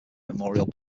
memorial